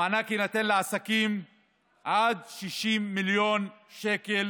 המענק יינתן לעסקים שמחזורם עד 60 מיליון שקלים